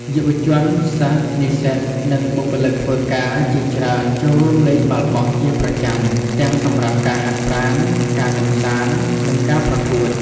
យុវជន សិស្ស និស្សិត និងបុគ្គលិកធ្វើការជាច្រើនចូលរួមលេងបាល់បោះជាប្រចាំ ទាំងសម្រាប់ការហាត់ប្រាណ ការកម្សាន្ត និងការប្រកួត។